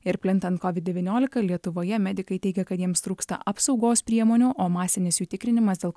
ir plintant covid devyniolika lietuvoje medikai teigia kad jiems trūksta apsaugos priemonių o masinis jų tikrinimas dėl